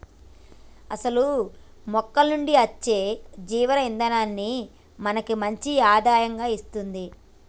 అసలు మొక్కల నుంచి అచ్చే జీవ ఇందనాన్ని మనకి మంచి ఆదాయం ఇస్తుంది